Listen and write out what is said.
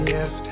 Yes